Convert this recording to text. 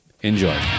Enjoy